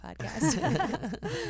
podcast